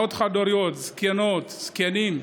אימהות חד-הוריות, זקנות, זקנים,